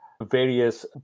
various